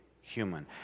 human